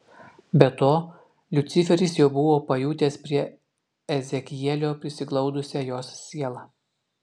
be to liuciferis jau buvo pajutęs prie ezekielio prisiglaudusią jos sielą